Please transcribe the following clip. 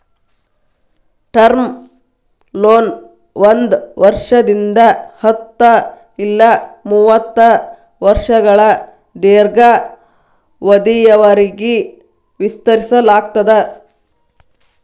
term ಲೋನ ಒಂದ್ ವರ್ಷದಿಂದ ಹತ್ತ ಇಲ್ಲಾ ಮೂವತ್ತ ವರ್ಷಗಳ ದೇರ್ಘಾವಧಿಯವರಿಗಿ ವಿಸ್ತರಿಸಲಾಗ್ತದ